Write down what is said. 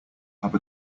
have